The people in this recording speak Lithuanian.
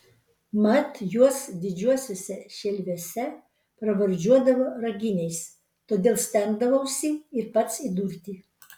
mat juos didžiuosiuose šelviuose pravardžiuodavo raginiais todėl stengdavausi ir pats įdurti